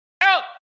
Out